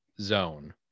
zone